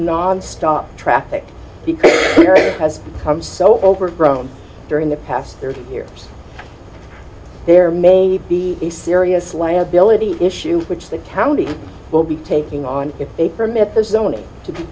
nonstop traffic has become so overgrown during the past thirty years there may be a serious liability issue which the county will be taking on if they permit the zoning to be